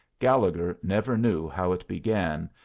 gallegher never knew how it began,